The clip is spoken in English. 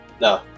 No